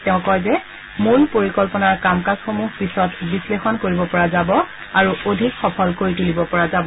তেওঁ কয় যে মূল পৰিকল্পনাৰ কাম কাজসমূহ পিছত বিশ্লেষণ কৰিব পৰা যাব আৰু অধিক সফল কৰি তুলিব পৰা যাব